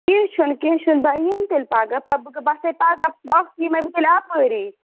کیٚنٛہہ چھُنہٕ کیٚنٛہہ چھُنہٕ بہٕ یِمہٕ تیٚلہِ پَگاہ پَتہٕ بہٕ آسَے پگاہ اَکھ یِمَے بہٕ تیٚلہِ اَپٲری